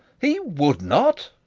he would not!